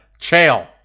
Chael